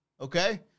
okay